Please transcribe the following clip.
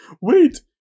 wait